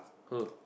who